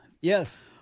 Yes